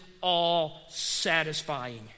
all-satisfying